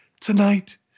tonight